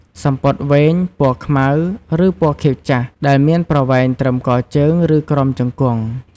សំពត់វែង ពណ៌ខ្មៅ ឬពណ៌ខៀវចាស់ ដែលមានប្រវែងត្រឹម កជើង ឬក្រោមជង្គង់។